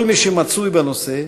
כל מי שמצוי בנושא,